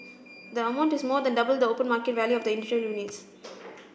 the amount is more than double the open market value of the individual units